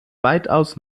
weitaus